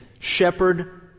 Shepherd